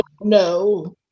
no